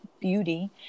beauty